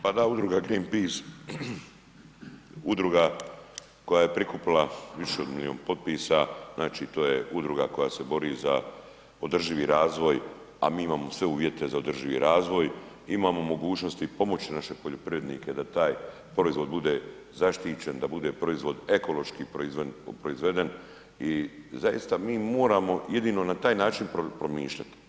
Pa da Udruga Greenpeace, udruga koja je prikupila više od milijun potpisa, znači to je udruga koja se bori za održivi razvoj, a mi imamo sve uvjete za održivi razvoj, imamo mogućnosti pomoći naše poljoprivrednike da taj proizvod bude zaštićen, da bude proizvod ekološki proizveden i zaista mi moramo jedino na taj način promišljati.